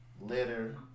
Litter